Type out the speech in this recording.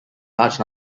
large